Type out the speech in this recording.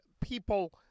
people